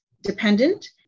dependent